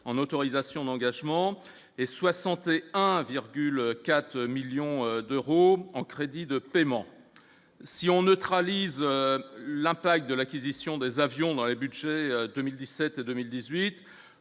en autorisation d'engagement et 60 et 1,4 millions d'euros en crédit de paiement si on neutralise l'impact de l'acquisition des avions dans le budget 2017 et 2018